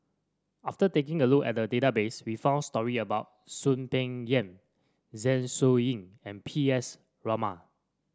after taking a look at the database we found story about Soon Peng Yam Zeng Shouyin and P S Raman